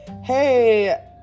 Hey